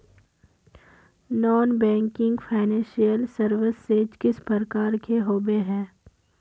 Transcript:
Non banking financial services किस प्रकार के होबे है?